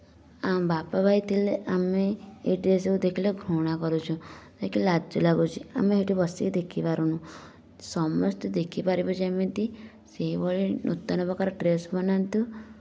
ଆମ ବାପା ଭାଇ ଥିଲା ଆମେ ଏହି ଡ୍ରେସ୍କୁ ଦେଖିଲେ ଘୃଣା କରୁଛୁ ଲାଜ ଲାଗୁଛି ଆମେ ଏହିଠି ବସିକି ଦେଖିପାରୁନୁ ସମସ୍ତେ ଦେଖିପାରିବେ ଯେମିତି ସେହିଭଳି ନୂତନ ପ୍ରକାର ଡ୍ରେସ୍ ବନାନ୍ତୁ